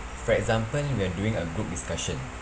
for example we're doing a group discussion